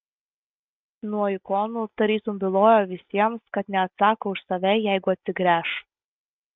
nuo ikonų tarytum bylojo visiems kad neatsako už save jeigu atsigręš